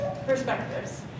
Perspectives